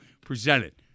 presented